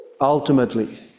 Ultimately